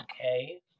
okay